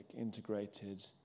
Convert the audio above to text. integrated